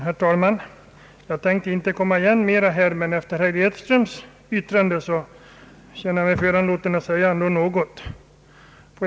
Herr talman! Jag hade inte tänkt återkomma i talarstolen i denna fråga, men efter herr Edströms yttrande känner jag mig föranlåten att säga några ord.